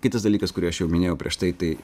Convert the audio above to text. kitas dalykas kurį aš jau minėjau prieš tai tai